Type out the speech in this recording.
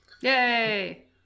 Yay